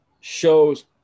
shows